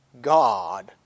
God